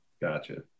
Gotcha